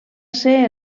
ser